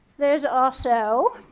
there's also.